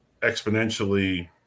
exponentially